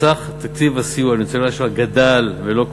סך תקציב הסיוע לניצולי השואה גדל ולא קוצץ.